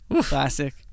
Classic